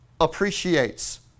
appreciates